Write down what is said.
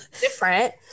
different